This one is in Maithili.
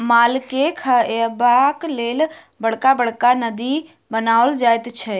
मालके खयबाक लेल बड़का बड़का नादि बनाओल जाइत छै